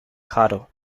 haro